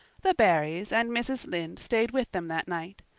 the barrys and mrs. lynde stayed with them that night.